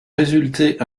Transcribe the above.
résultait